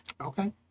Okay